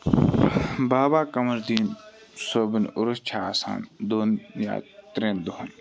بابا قَمَردین صٲبُن عُرُس چھُ آسان دۄن یا ترٮ۪ن دۄہَن